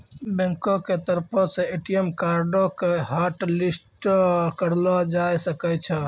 बैंको के तरफो से ए.टी.एम कार्डो के हाटलिस्टो करलो जाय सकै छै